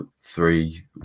three